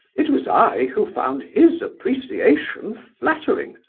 it was i who found his appreciation flattering.